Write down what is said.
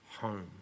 home